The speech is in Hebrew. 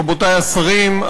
רבותי השרים,